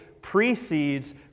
precedes